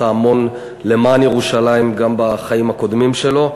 המון למען ירושלים גם בחיים הקודמים שלו.